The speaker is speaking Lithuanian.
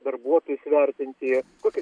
darbuotojus vertinti kokių